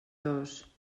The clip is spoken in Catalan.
dos